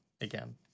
again